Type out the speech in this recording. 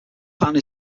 pattern